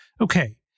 Okay